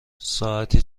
ساعتی